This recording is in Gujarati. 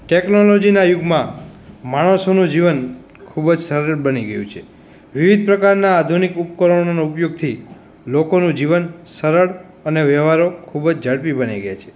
ટૅક્નોલોજીના યુગમાં માણસોનું જીવન ખૂબ જ સરળ બની ગયું છે વિવિધ પ્રકારના આધુનિક ઉપકરણોનો ઉપયોગથી લોકોનું જીવન સરળ અને વ્યવહારો ખૂબ જ ઝડપી બની ગયા છે